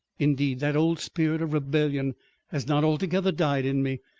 indeed that old spirit of rebellion has not altogether died in me,